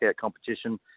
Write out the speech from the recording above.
competition